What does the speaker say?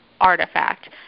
artifact